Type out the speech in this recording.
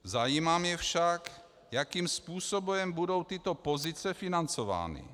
Zajímá mě však, jakým způsobem budou tyto pozice financovány.